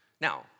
now